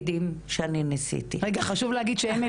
אני חושבת שהדברים שאני הולכת להגיד לכם רלוונטיים